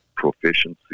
Proficiency